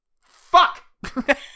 Fuck